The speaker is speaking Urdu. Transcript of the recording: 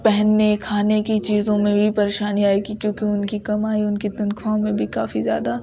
پہننے کھانے کی چیزوں میں بھی پریشانی آئے گی کیونکہ ان کی کمائی ان کی تنخواہ میں بھی کافی زیادہ